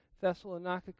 Thessalonica